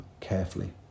carefully